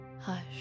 Hush